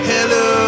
Hello